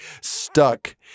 stuck